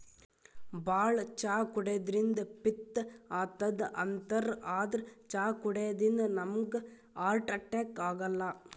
ಭಾಳ್ ಚಾ ಕುಡ್ಯದ್ರಿನ್ದ ಪಿತ್ತ್ ಆತದ್ ಅಂತಾರ್ ಆದ್ರ್ ಚಾ ಕುಡ್ಯದಿಂದ್ ನಮ್ಗ್ ಹಾರ್ಟ್ ಅಟ್ಯಾಕ್ ಆಗಲ್ಲ